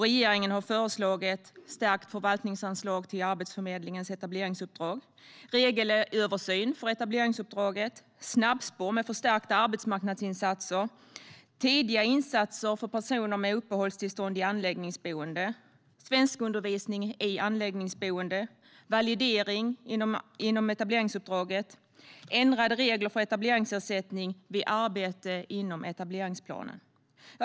Regeringen har föreslagit stärkt förvaltningsanslag till Arbetsförmedlingens etableringsuppdrag, regelöversyn för etableringsuppdraget, snabbspår med förstärkta arbetsmarknadsinsatser, tidiga insatser för personer med uppehållstillstånd i anläggningsboende, svenskundervisning i anläggningsboende, validering inom etableringsuppdraget och ändrade regler för etableringsersättning vid arbete inom etableringsplanen.